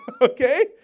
okay